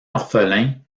orphelin